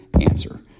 answer